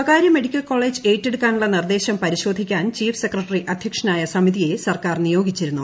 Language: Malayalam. സ്വകാര്യ മെഡിക്കൽ കോളേജ് ഏറ്റെടുക്കാനുള്ള നിർദേശം പരിശോധിക്കാൻ ചീഫ് സെക്രട്ടറി അധ്യക്ഷനായ സമിതിയെ സർക്കാർ നിയോഗിച്ചിരുന്നു